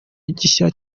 gishya